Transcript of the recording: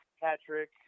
Patrick